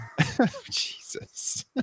Jesus